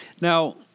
Now